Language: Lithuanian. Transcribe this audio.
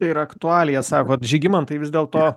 ir aktualija sakot žygimantai vis dėlto